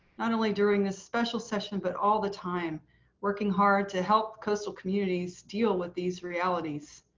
not only during this special session, but all the time working hard to help coastal communities deal with these realities.